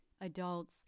adults